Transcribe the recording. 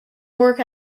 work